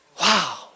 Wow